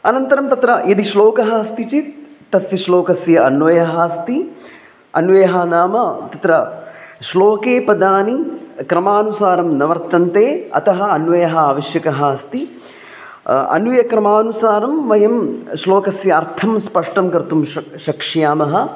अनन्तरं तत्र यदि श्लोकः अस्ति चेत् तस्य श्लोकस्य अन्वयः अस्ति अन्वयः नाम तत्र श्लोके पदानि क्रमानुसारं न वर्तन्ते अतः अन्वयः आवश्यकः अस्ति अन्वयक्रमानुसारं वयं श्लोकस्य अर्थं स्पष्टं कर्तुं शक् शक्ष्यामः